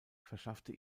verschaffte